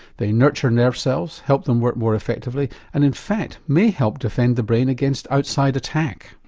they nurture nerve cells, help them work more effectively and in fact may help defend the brain against outside attack.